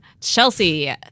Chelsea